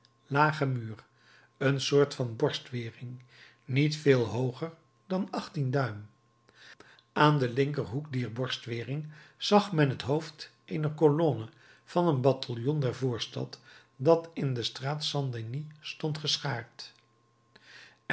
lagen muur een soort van borstwering niet veel hooger dan achttien duim aan den linkerhoek dier borstwering zag men het hoofd eener kolonne van een bataljon der voorstad dat in de straat st denis stond